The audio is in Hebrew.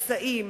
שסעים,